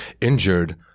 injured